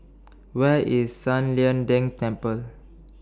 Where IS San Lian Deng Temple